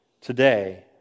today